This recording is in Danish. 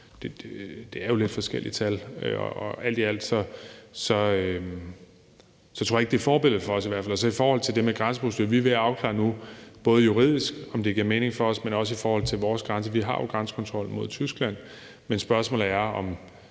Det er jo lidt forskellige tal. Alt i alt tror jeg i hvert fald ikke ikke, det er et forbillede for os. Så i forhold til det med grænseproceduren er vi ved at afklare nu, om det juridisk giver mening for os, men også i forhold til vores grænser. Vi har jo grænsekontrol mod Tyskland, men spørgsmålet er, om